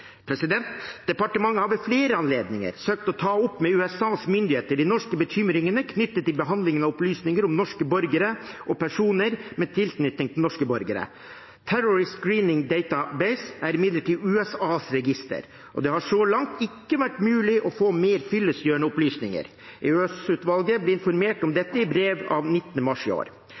Departementet har ved flere anledninger søkt å ta opp med USAs myndigheter de norske bekymringene knyttet til behandlingen av opplysninger om norske borgere og personer med tilknytning til norske borgere. Terrorist Screening Database er imidlertid USAs register, og det har så langt ikke vært mulig å få mer fyllestgjørende opplysninger. EOS-utvalget ble informert om dette i brev av 19. mars i år.